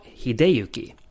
Hideyuki